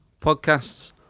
Podcasts